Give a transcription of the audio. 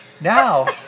Now